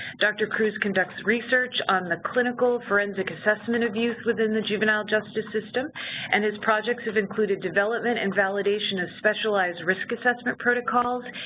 dr. cruise conducts research on the clinical forensic assessment abuse within the juvenile justice system and his projects have included development and validation of specialized risk assessment protocols,